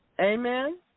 Amen